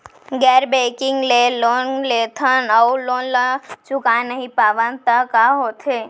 गैर बैंकिंग ले लोन लेथन अऊ लोन ल चुका नहीं पावन त का होथे?